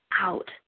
out